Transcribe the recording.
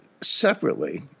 separately